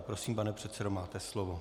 Prosím, pane předsedo, máte slovo.